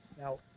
now